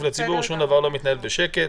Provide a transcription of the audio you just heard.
שום דבר לא מתנהל בשקט.